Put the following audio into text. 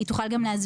ושהיא תוכל להסביר.